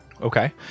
Okay